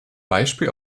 beispiel